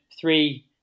three